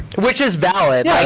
which is valid.